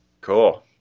Cool